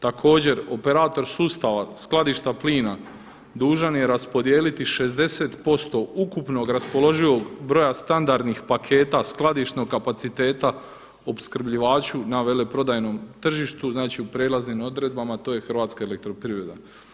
Također operator sustava skladišta plina dužan je raspodijeliti 60% ukupnog raspoloživog broja standardnih paketa skladišnog kapaciteta opskrbljivaču na veleprodajnom tržištu, znači u prijelaznim odredbama to je HEP.